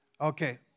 Okay